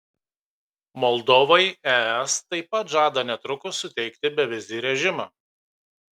moldovai es taip pat žada netrukus suteikti bevizį režimą